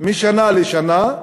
משנה לשנה,